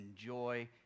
enjoy